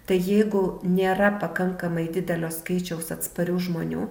tai jeigu nėra pakankamai didelio skaičiaus atsparių žmonių